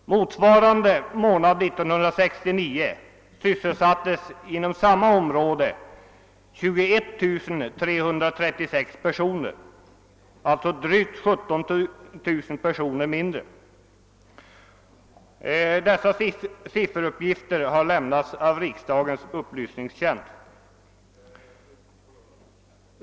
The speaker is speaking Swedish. Motsvarande månad 1969 sysselsattes inom samma områden 21336 personer inom skogsbruket — alltså drygt 17 000 personer mindre. Dessa sifferuppgifter har lämnats av riksdagens upplysningstjänst.